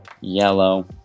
yellow